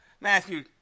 Matthew